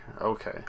Okay